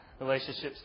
relationships